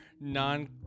non